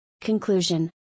Conclusion